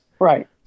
Right